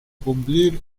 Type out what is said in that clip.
cumplir